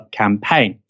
campaign